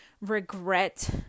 regret